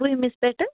وُہمِس پٮ۪ٹھٕ